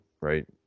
right